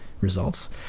results